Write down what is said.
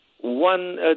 one